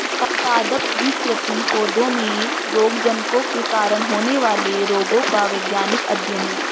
पादप विकृति पौधों में रोगजनकों के कारण होने वाले रोगों का वैज्ञानिक अध्ययन है